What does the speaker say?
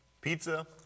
Pizza